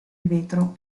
vetro